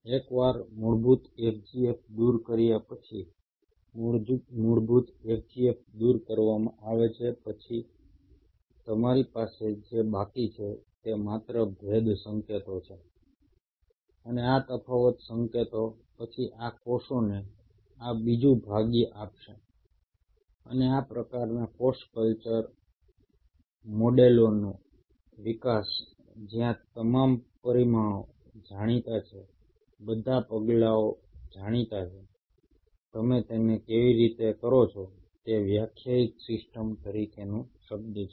એકવાર મૂળભૂત FGF દૂર કર્યા પછી મૂળભૂત FGF દૂર કરવામાં આવે છે પછી તમારી પાસે જે બાકી છે તે માત્ર ભેદ સંકેતો છે અને આ તફાવત સંકેતો પછી આ કોષોને આ બીજું ભાગ્ય આપશે અને આ પ્રકારના કોષ કલ્ચર મોડેલોનો વિકાસ જ્યાં તમામ પરિમાણો જાણીતા છે બધા પગલાઓ જાણીતા છે તમે તેને કેવી રીતે કરો છો તે વ્યાખ્યાયિત સિસ્ટમ્સ તરીકેનો શબ્દ છે